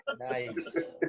Nice